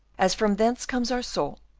as from thence comes our soul,